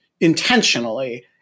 intentionally